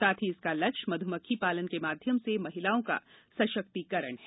साथ ही इसका लक्ष्य मध्यमक्खी पालन के माध्यम से महिलाओं का सशक्तिकरण है